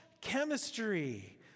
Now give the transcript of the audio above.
chemistry